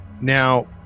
Now